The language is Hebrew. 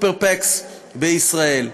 Super PACs, בישראל.